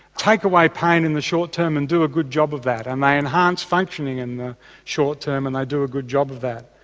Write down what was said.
take away pain in the short term and do a good job of that and they enhance functioning in the short term and they do a good job of that.